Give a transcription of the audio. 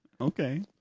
Okay